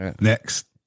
Next